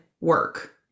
work